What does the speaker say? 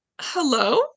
Hello